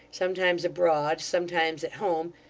sometimes abroad, sometimes at home,